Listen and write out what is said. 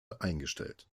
eingestellt